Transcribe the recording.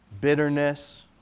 bitterness